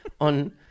on